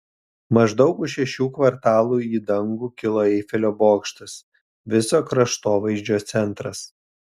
maždaug už šešių kvartalų į dangų kilo eifelio bokštas viso kraštovaizdžio centras